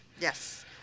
Yes